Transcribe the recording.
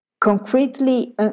concretely